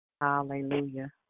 Hallelujah